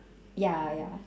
ya ya